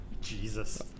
Jesus